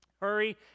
hurry